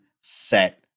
set